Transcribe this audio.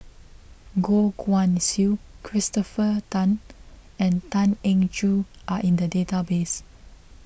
Goh Guan Siew Christopher Tan and Tan Eng Joo are in the database